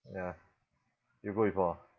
ya you go before ah